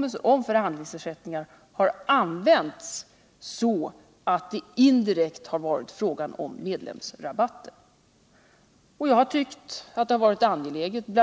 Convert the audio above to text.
den förhandlingsersättningar använts så, att det indirekt varit fråga om medlems 29 maj 1978 rabatter. Bl.